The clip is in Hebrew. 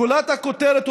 גולת הכותרת,